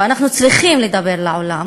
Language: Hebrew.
ואנחנו צריכים לדבר לעולם,